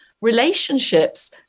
relationships